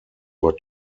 were